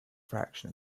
fraction